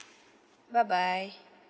bye bye